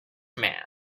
man